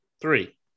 three